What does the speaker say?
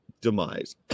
demise